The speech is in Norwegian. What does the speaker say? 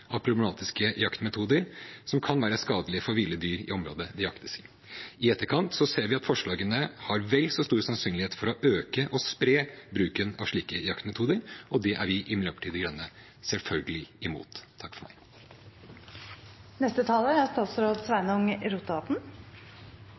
av problematiske jaktmetoder som kan være skadelig for ville dyr i området det jaktes i. I etterkant ser vi at forslagene har vel så stor sannsynlighet for å øke – og spre – bruken av slike jaktmetoder, og det er vi i Miljøpartiet De Grønne selvfølgelig imot.